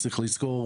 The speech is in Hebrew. צריך לזכור,